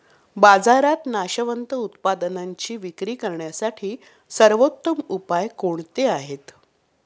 बाजारात नाशवंत उत्पादनांची विक्री करण्यासाठी सर्वोत्तम उपाय कोणते आहेत?